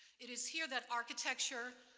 it is here that architecture,